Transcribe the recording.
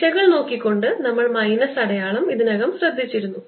ദിശകൾ നോക്കിക്കൊണ്ട് നമ്മൾ മൈനസ് അടയാളം ഇതിനകം ശ്രദ്ധിച്ചിരുന്നു